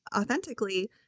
authentically